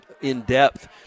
in-depth